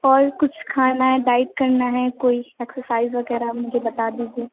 اور کچھ کھانا ہے ڈائٹ کرنا ہے کوئی ایکسرسائز وغیرہ مجھے بتا دیجیے